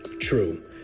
True